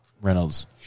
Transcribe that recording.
Reynolds